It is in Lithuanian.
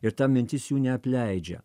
ir ta mintis jų neapleidžia